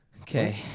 Okay